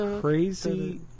crazy